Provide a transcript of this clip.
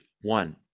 one